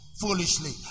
Foolishly